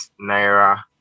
Naira